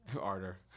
arter